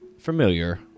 Familiar